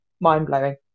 mind-blowing